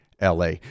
LA